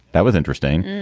that was interesting.